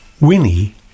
Winnie